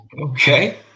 Okay